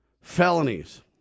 felonies